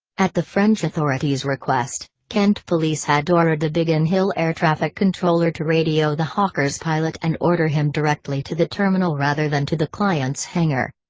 at the french authorities' request, kent police had ordered the biggin hill air traffic controller to radio the hawker's pilot and order him directly to the terminal rather than to the client's hangar.